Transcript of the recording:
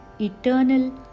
eternal